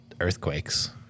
Earthquakes